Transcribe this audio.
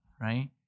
right